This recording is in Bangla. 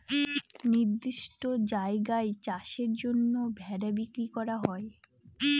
নির্দিষ্ট জায়গায় চাষের জন্য ভেড়া বিক্রি করা হয়